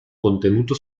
contenuto